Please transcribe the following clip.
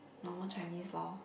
normal Chinese loh